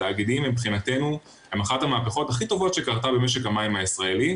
התאגידים הם אחת המהפכות הכי טובות שקרתה במשק המים הישראלי,